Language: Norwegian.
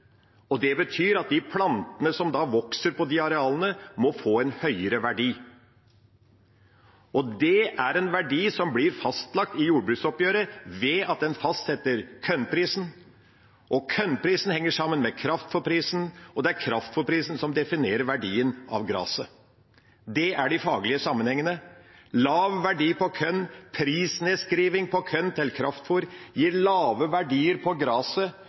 Det betyr at de plantene som vokser på de arealene, må få en høyere verdi. Det er en verdi som blir fastlagt i jordbruksoppgjøret, ved at en fastsetter kornprisen. Kornprisen henger sammen med kraftfôrprisen, og det er kraftfôrprisen som definerer verdien av graset. Det er de faglige sammenhengene. Lav verdi på korn, prisnedskriving på korn til kraftfôr, gir lave verdier på graset.